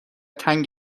تنگ